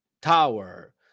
Tower